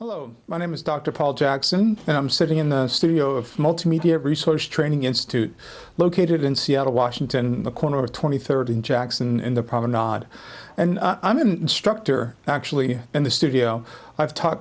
hello my name is dr paul jackson and i'm sitting in the studio of a multimedia resource training institute located in seattle washington the corner of twenty third in jackson and the problem dod and i'm an instructor actually in the studio i've taught